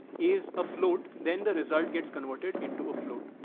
is a float. then the result gets converted into a float.